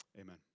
Amen